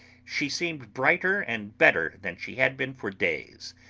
she seemed brighter and better than she had been for days.